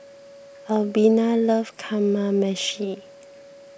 Albina loves Kamameshi